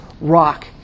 rock